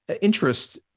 interest